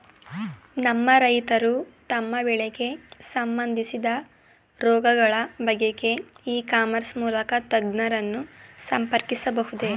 ನಮ್ಮ ರೈತರು ತಮ್ಮ ಬೆಳೆಗೆ ಸಂಬಂದಿಸಿದ ರೋಗಗಳ ಬಗೆಗೆ ಇ ಕಾಮರ್ಸ್ ಮೂಲಕ ತಜ್ಞರನ್ನು ಸಂಪರ್ಕಿಸಬಹುದೇ?